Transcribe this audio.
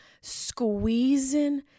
squeezing